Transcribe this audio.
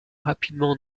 rapidement